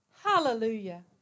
Hallelujah